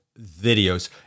videos